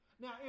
now